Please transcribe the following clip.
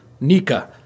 Nika